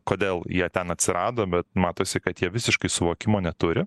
kodėl jie ten atsirado bet matosi kad jie visiškai suvokimo neturi